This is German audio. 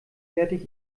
fertig